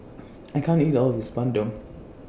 I can't eat All of This Bandung